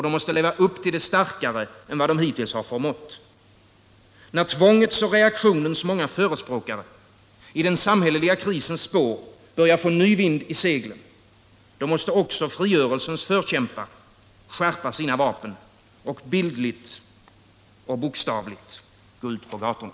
De måste leva upp till det starkare än vad de hittills har förmått. När tvångets och reaktionens många förespråkare i den samhälleliga krisens spår börjar få ny vind i seglen, då måste också frigörelsens förkämpar skärpa sina vapen och — bildligt och bokstavligt — gå ut på gatorna.